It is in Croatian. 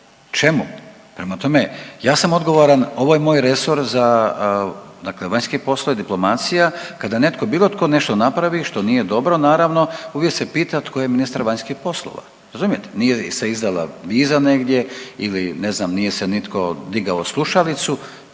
Čemu? Prema tome, ja sam odgovoran, ovo je moj resor za dakle vanjski poslovi, diplomacija, kada netko bilo tko nešto napravi, što nije dobro, naravno, uvijek se pita tko je ministar vanjskih poslova. Razumijete? Nije se izdala viza negdje ili ne znam, nije se nitko digao slušalicu,